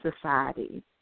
society